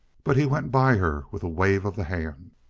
but he went by her with a wave of the hand.